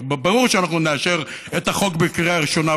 כי ברור שאנחנו נאשר את החוק בקריאה ראשונה,